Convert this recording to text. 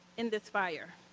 in this fire.